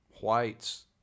whites